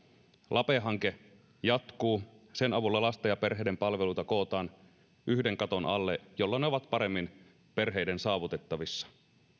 lape hanke jatkuu sen avulla lasten ja perheiden palveluita kootaan yhden katon alle jolloin ne ovat paremmin perheiden saavutettavissa